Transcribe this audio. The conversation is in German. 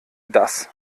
das